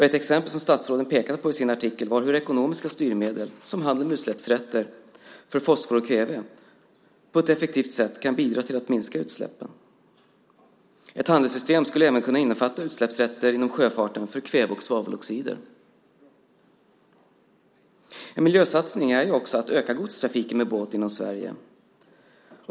Ett exempel som statsråden pekade på i sin artikel var hur ekonomiska styrmedel, som handel med utsläppsrätter för fosfor och kväve, på ett effektivt sätt kan bidra till att minska utsläppen. Ett handelssystem skulle även kunna innefatta utsläppsrätter inom sjöfarten för kväve och svaveloxider. En miljösatsning är också att öka godstrafiken med båt inom Sverige.